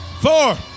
four